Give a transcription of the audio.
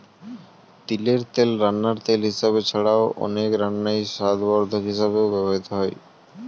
তিলের তেল রান্নার তেল হিসাবে ছাড়াও, অনেক রান্নায় স্বাদবর্ধক হিসাবেও ব্যবহৃত হয়